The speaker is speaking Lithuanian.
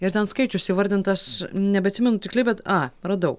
ir ten skaičius įvardintas nebeatsimenu tiksliai bet a radau